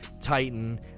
titan